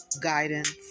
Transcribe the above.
Guidance